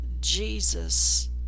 Jesus